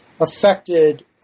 affected